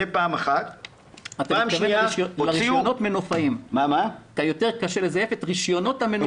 דבר נוסף -- יותר קשה לזייף את רישיונות המנופאים,